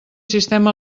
sistema